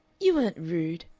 you weren't rude,